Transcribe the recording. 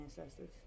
ancestors